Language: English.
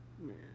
man